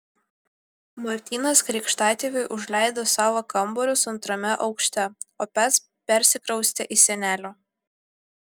martynas krikštatėviui užleido savo kambarius antrame aukšte o pats persikraustė į senelio